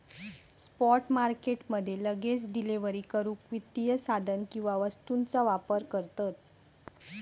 spot market मध्ये लगेच delivery करूक वित्तीय साधन किंवा वस्तूंचा व्यापार करतत